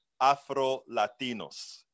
Afro-Latinos